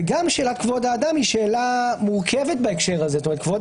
וגם שאלת כבוד האדם היא שאלה מורכבת בהקשר הזה כבוד